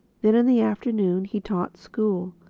then in the afternoon he taught school.